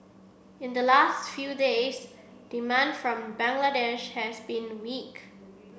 in the last few days demand from Bangladesh has been weak